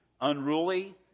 Unruly